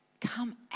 Come